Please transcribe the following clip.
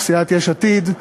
סיעת יש עתיד,